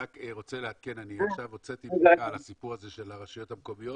אני רוצה לעדכן לגבי הסיפור הזה של הרשויות המקומיות